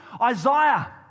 Isaiah